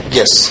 yes